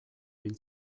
hil